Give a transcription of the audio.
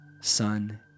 Son